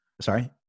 Sorry